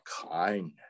kindness